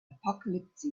apocalypse